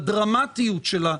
בדרמטיות שבה,